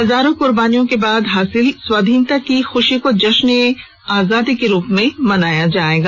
हजारों कुर्बानियों के बाद हासिल स्वाधीनता की खुशी को जश्न ए आजादी के रूप में मनाया जायेगा